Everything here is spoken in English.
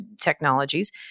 technologies